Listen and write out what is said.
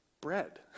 bread